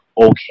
okay